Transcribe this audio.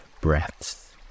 breaths